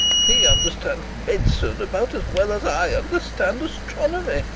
he understands medicine about as well as i understand astronomy.